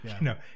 No